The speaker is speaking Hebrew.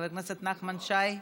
חבר הכנסת נחמן שי,